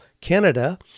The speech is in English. Canada